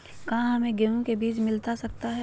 क्या हमे गेंहू के बीज मिलता सकता है?